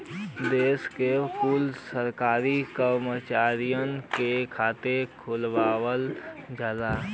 देश के कुल सरकारी करमचारियन क खाता खुलवावल जाला